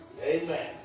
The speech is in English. Amen